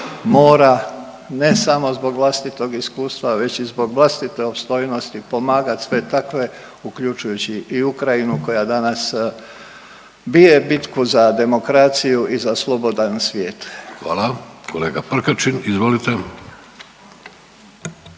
mora ne samo zbog vlastitog iskustva već i zbog vlastite opstojnosti pomagati sve takve uključujući i Ukrajinu koja danas bije bitku za demokraciju i za slobodan svijet. **Vidović, Davorko